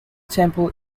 temple